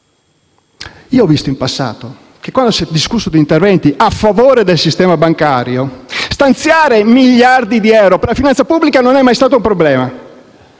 In passato ho visto, quando si è discusso di interventi a favore del sistema bancario, che stanziare miliardi di euro per la finanza pubblica non è mai stato un problema,